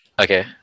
Okay